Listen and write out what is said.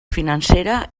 financera